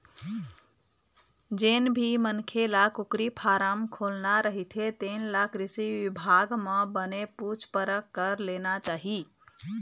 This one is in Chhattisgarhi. जेन भी मनखे ल कुकरी फारम खोलना रहिथे तेन ल कृषि बिभाग म बने पूछ परख कर लेना चाही